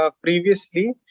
previously